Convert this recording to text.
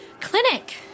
clinic